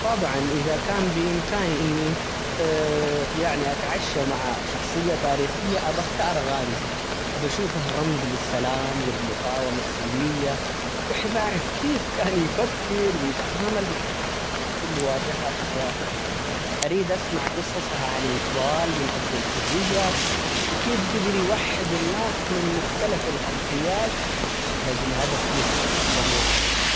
طبعًا إذا كان بإمكاني إني يعني أتعشى مع شخصية تاريخية ،أبى أختار غاندي بشوفه رمز للسلام ،والمقاومة السلمية ، وأحب اعرف كيف كان يفكر ،ويتعامل مع التحديات اللي واجهها في حياته، أريد أسمع قصصه عن النضال من أجل الحرية وكيف قدر يوحد الناس من مختلف الخلفيات، لأجل هدف مشترك وموحد.